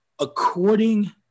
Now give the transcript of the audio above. According